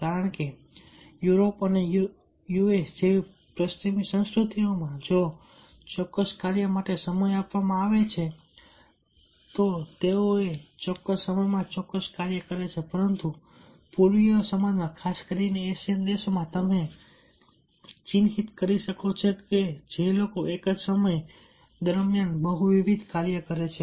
કારણ કે યુરોપ અને યુએસ જેવી પશ્ચિમી સંસ્કૃતિઓમાં જો ચોક્કસ કાર્ય માટે સમય આપવામાં આવે છે તેઓ તે ચોક્કસ સમયમાં ચોક્કસ કાર્ય કરે છે પરંતુ પૂર્વીય સમાજમાં ખાસ કરીને એશિયન દેશોમાં તમે ચિહ્નિત કરી શકો છો કે લોકો એક જ સમય દરમિયાન બહુવિધ કાર્ય કરે છે